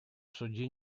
суде